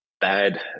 bad